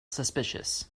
suspicious